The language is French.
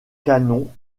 canons